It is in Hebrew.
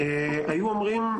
היו אומרים,